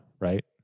right